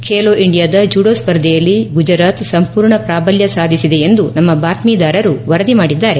ಖೇಲೊ ಇಂಡಿಯಾದ ಜುಡೋ ಸ್ಪರ್ಧೆಯಲ್ಲಿ ಗುಜರಾತ್ ಸಂಪೂರ್ಣ ಪ್ರಾಬಲ್ಯ ಸಾಧಿಸಿದೆ ಎಂದು ನಮ್ಮ ಬಾತ್ಮೀದಾರರು ವರದಿ ಮಾಡಿದ್ದಾರೆ